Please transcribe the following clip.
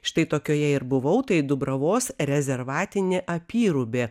štai tokioje ir buvau tai dubravos rezervatinė apyrubė